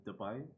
Dubai